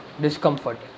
discomfort